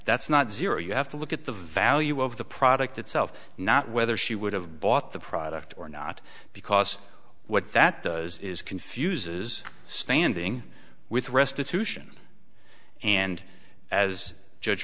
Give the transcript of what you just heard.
that's not zero you have to look at the value of the product itself not whether she would have bought the product or not because what that does is confuses standing with restitution and as judge